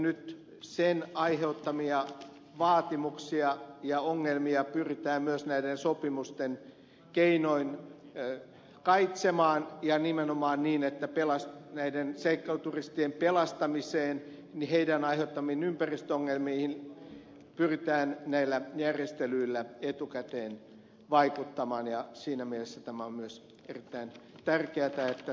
nyt sen aiheuttamia vaatimuksia ja ongelmia pyritään myös näiden sopimusten keinoin kaitsemaan ja nimenomaan niin että näiden seikkailuturistien aiheuttamiin ympäristöongelmiin pyritään näillä järjestelyillä etukäteen vaikuttamaan ja siinä mielessä on myös erittäin tärkeätä että sopimus kehittyy